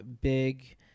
big